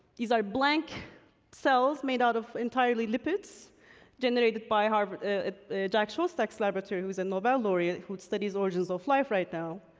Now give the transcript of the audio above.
these are blank cells made out of entirely lipids generated by jack szostak's laboratory, who is a nobel laureate, who studies origins of life right now,